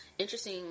Interesting